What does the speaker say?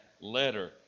letter